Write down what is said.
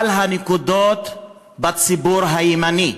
על הנקודות בציבור הימני.